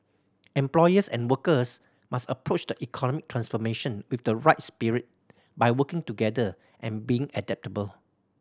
employers and workers must approach the economic transformation with the right spirit by working together and being adaptable